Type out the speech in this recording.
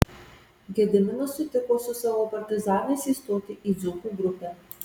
gediminas sutiko su savo partizanais įstoti į dzūkų grupę